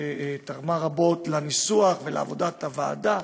שתרמה רבות לניסוח ולעבודת הוועדה.